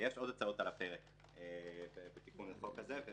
יש עוד הצעות על הפרק בתיקון לחוק הזה.